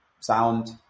sound